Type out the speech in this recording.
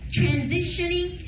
transitioning